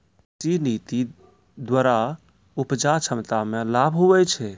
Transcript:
कृषि नीति द्वरा उपजा क्षमता मे लाभ हुवै छै